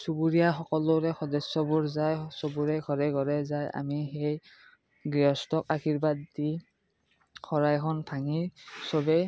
চুবুৰীয়াসকলোৰে সদস্যবোৰ যায় চবৰে ঘৰে ঘৰে যাই আমি সেই গৃহস্থক আশীৰ্বাদ দি শৰাইখন ভাঙি চবে